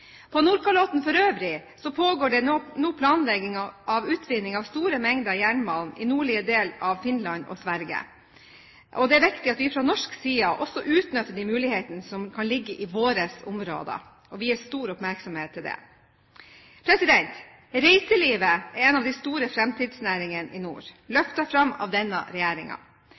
På Nordkalotten for øvrig pågår det nå planlegging av utvinning av store mengder jernmalm i nordlige del av Finland og Sverige, og det er viktig at vi fra norsk side også utnytter de mulighetene som kan ligge i våre områder, og vier det stor oppmerksomhet. Reiselivet er en av de store framtidsnæringene i nord – løftet fram av denne